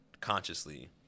consciously